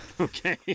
Okay